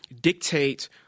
dictate